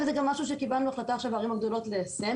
וזה גם משהו שקיבלנו החלטה עכשיו בערים הגדולות ליישם.